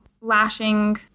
lashing